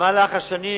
במהלך השנים,